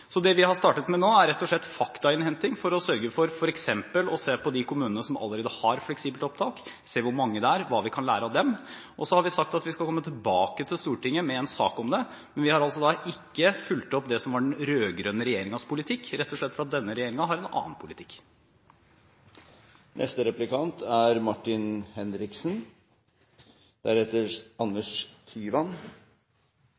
Så det vi har startet med nå, er rett og slett faktainnhenting for å sørge for f.eks. å se på de kommunene som allerede har fleksibelt inntak, se hvor mange det er, og hva vi kan lære av dem. Så har vi sagt at vi skal komme tilbake til Stortinget med en sak om det, men vi har altså ikke fulgt opp det som var den rød-grønne regjeringens politikk – rett og slett fordi denne regjeringen har en annen politikk.